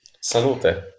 Salute